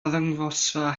arddangosfa